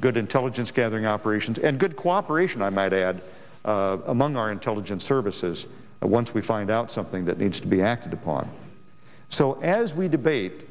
good intelligence gathering operations and good cooperation i might add among our intelligence services and once we find out something that needs to be acted upon so as we debate